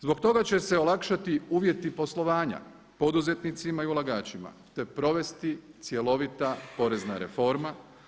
Zbog toga će se olakšati uvjeti poslovanja poduzetnicima i ulagačima, te provesti cjelovita porezna reforma.